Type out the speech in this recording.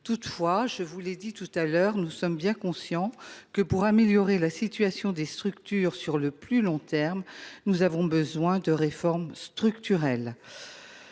l’heure, nous sommes bien conscients que, pour améliorer la situation de ces établissements sur le plus long terme, nous avons besoin de réformes structurelles.